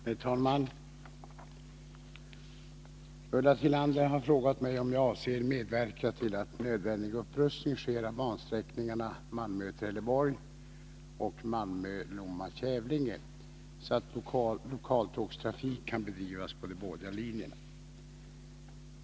Herr talman! Ulla Tillander har frågat mig om jag avser medverka till att nödvändig upprustning sker av bansträckningarna Malmö-Trelleborg och Malmö-Lomma-Kävlinge så att lokaltågstrafik kan bedrivas på de båda linjerna.